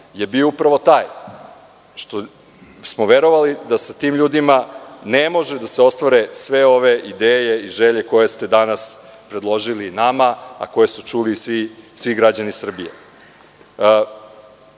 je bio upravo taj što smo verovali da sa tim ljudima ne može da se ostvare sve ove ideje i želje koje ste danas predložili nama, a koje su čuli svi građani Srbije. Ali,